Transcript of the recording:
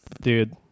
dude